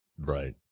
right